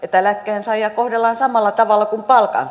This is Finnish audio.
että eläkkeensaajia kohdellaan samalla tavalla kuin